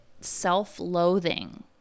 self-loathing